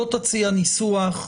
בוא תציע ניסוח.